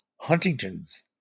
huntington's